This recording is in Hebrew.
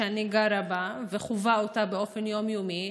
שאני גרה בה וחווה אותה באופן יום-יומי,